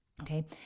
Okay